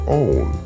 own